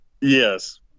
Yes